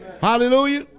Hallelujah